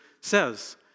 says